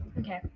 Okay